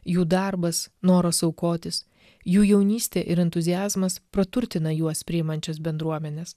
jų darbas noras aukotis jų jaunystė ir entuziazmas praturtina juos priimančias bendruomenes